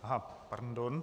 Aha, pardon.